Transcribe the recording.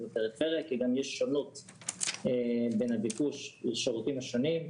בפריפריה כי גם יש שונות בין הביקוש לשירותים השונים.